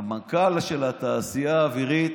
המנכ"ל של התעשייה האווירית,